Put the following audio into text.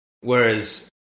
Whereas